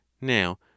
Now